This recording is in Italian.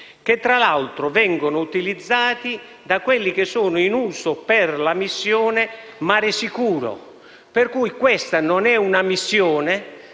che tra l'altro vengono utilizzati da quelli che sono in uso per l'operazione «Mare sicuro». Per cui questa non è una missione